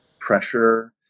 pressure